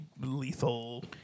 lethal